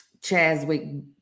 Chazwick